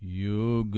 you